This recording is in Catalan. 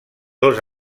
dos